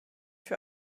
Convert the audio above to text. für